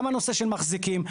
גם הנושא של מחזיקים.